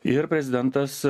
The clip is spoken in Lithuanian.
ir prezidentas